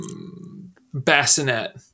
bassinet